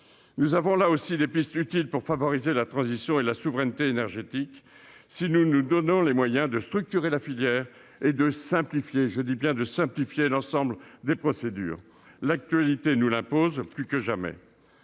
Nous avons, là aussi, des pistes utiles pour favoriser la transition et la souveraineté énergétiques si nous nous donnons les moyens de structurer la filière et de simplifier- je dis bien simplifier -l'ensemble des procédures. L'actualité nous l'impose plus que jamais.